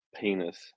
Penis